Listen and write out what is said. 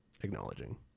acknowledging